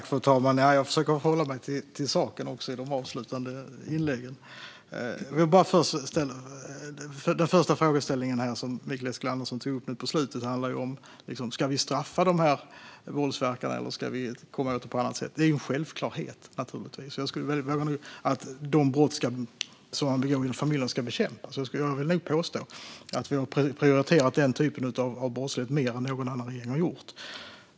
Fru talman! Jag försöker hålla mig till saken också i de avslutande inläggen. Den första frågeställningen som Mikael Eskilandersson tog upp nu på slutet handlar om ifall vi ska straffa de här våldsverkarna eller komma åt detta på annat sätt. Det är en självklarhet, naturligtvis, att de brott som begås inom familjen ska bekämpas. Jag vill nog påstå att vi har prioriterat den typen av brottslighet mer än någon annan regering har gjort.